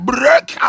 Break